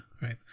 right